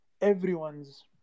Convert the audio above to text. everyone's